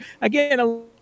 Again